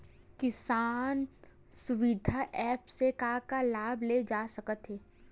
किसान सुविधा एप्प से का का लाभ ले जा सकत हे?